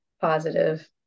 positive